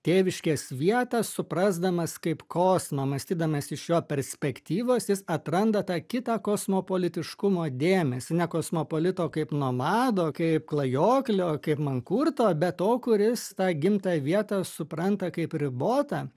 tėviškės vietą suprasdamas kaip kosmo mąstydamas iš jo perspektyvos jis atranda tą kitą kosmopolitiškumo dėmesį ne kosmopolito kaip nomado kaip klajoklio kaip mankurto be to kuris tą gimtąją vietą supranta kaip ribotą